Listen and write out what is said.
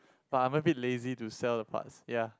but I'm a bit lazy to sell the parts ya